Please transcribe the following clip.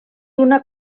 una